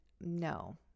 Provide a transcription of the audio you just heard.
no